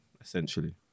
essentially